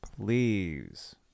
please